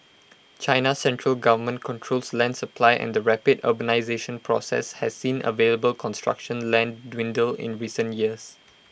China's central government controls land supply and rapid urbanisation process has seen available construction land dwindle in recent years